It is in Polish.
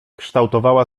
kształtowała